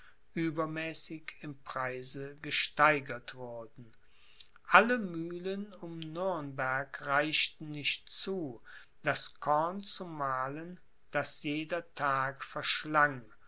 übermäßig im preise gesteigert wurden alle mühlen um nürnberg reichten nicht zu das korn zu mahlen das jeder tag verschlang